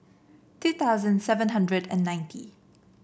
two thousand seven hundred and ninety